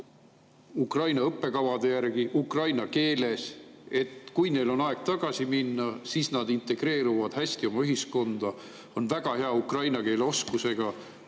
Ukraina õppekavade järgi ukraina keeles? Kui neil on aeg tagasi minna, siis nad integreeruksid hästi oma ühiskonda, oleksid väga hea ukraina keele oskusega